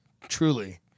Truly